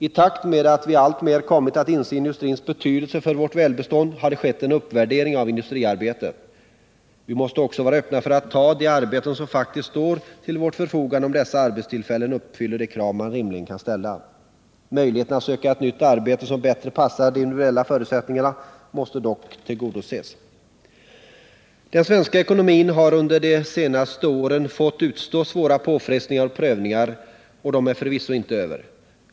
I takt med att vi alltmer kommit att inse industrins betydelse för vårt välstånd har det skett en uppvärdering av industriarbetet. Vi måste också vara öppna för att ta de arbeten som faktiskt står till vårt förfogande, om dessa arbetstillfällen uppfyller de krav man rimligen kan ställa. Önskemål om möjlighet att söka ett nytt arbete som bättre passar de individuella förutsättningarna måste dock tillgodoses. Den svenska ekonomin har de senaste åren fått utstå svåra påfrestningar och prövningar, och de är förvisso inte över.